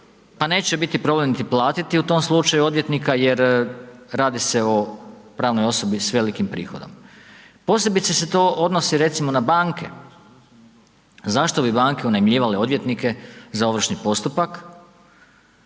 pa neće biti problem niti platiti u tom slučaju odvjetnika, jer radi se o pravnoj osobi s velikim prihodom. Posebice se to odnosi recimo na banke, zašto bi banke unajmljivale odvjetnike za ovršni postupak